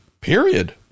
Period